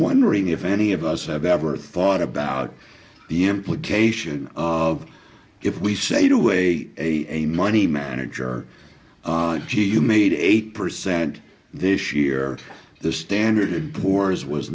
wondering if any of us have ever thought about the implication of if we say to a a a money manager gee you made eight percent this year the standard poor's was